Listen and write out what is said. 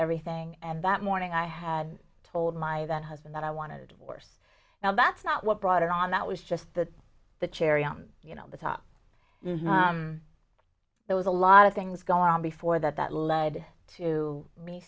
everything and that morning i had told my then husband that i wanted worse now that's not what brought it on that was just that the cherry on the top there was a lot of things going on before that that led to me